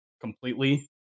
completely